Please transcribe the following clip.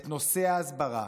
את נושא ההסברה,